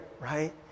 right